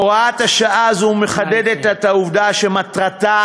הוראת השעה הזאת מחדדת את העובדה שמטרתה